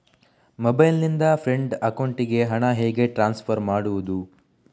Mobile ನಿಂದ friend ಅಕೌಂಟಿಗೆ ಹಣ ಹೇಗೆ ಟ್ರಾನ್ಸ್ಫರ್ ಮಾಡುವುದು?